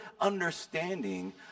understanding